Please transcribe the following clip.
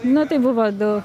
nu tai buvo daug